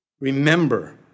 Remember